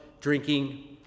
drinking